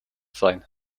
sein